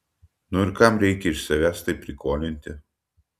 nu ir kam reikia iš savęs taip prikolinti